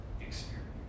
experience